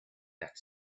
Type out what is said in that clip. that